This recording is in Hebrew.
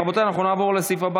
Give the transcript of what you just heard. בעד, תשעה,